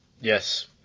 Yes